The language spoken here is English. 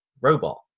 robot